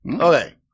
Okay